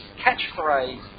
catchphrase